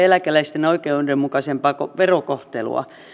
eläkeläisten oikeudenmukaisempaa verokohtelua